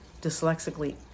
dyslexically